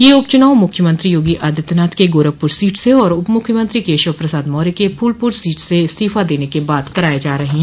यह उपचुनाव मुख्यमंत्री योगी आदित्यनाथ के गोरखपुर सीट से और उप मुख्यमंत्री केशव प्रसाद मौर्य क फूलपुर सीट से इस्तीफा देने के बाद कराये जा रहे हैं